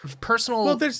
personal